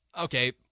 okay